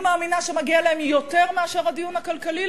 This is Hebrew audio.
אני מאמינה שמגיע להם יותר מאשר הדיון הכלכלי,